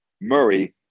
Murray